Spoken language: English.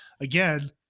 again